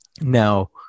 Now